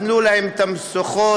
נתנו להם את המושכות